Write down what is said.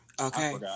Okay